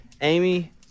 Amy